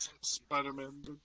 Spider-Man